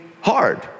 hard